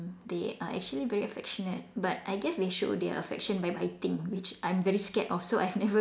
they are actually very affectionate but I guess they show their affection by biting which I'm very scared of so I've never